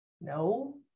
No